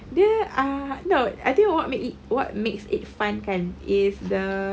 dia uh no I think what make it what makes it fun kan is the